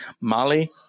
Molly